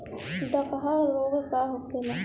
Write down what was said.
डकहा रोग का होखे?